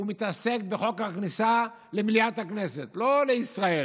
הוא מתעסק בחוק הכניסה למליאת הכנסת, לא לישראל.